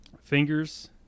fingers